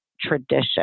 tradition